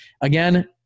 again